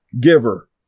giver